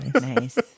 Nice